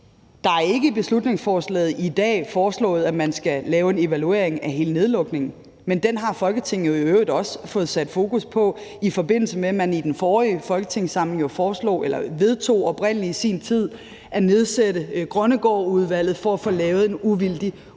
Der er ikke i beslutningsforslaget i dag foreslået, at man skal lave en evaluering af hele nedlukningen. Men den har Folketinget jo i øvrigt også fået sat fokus på, i forbindelse med at man i den forrige folketingssamling oprindelig i sin tid vedtog at nedsætte Grønnegårdudvalget for at få lavet en uvildig udredning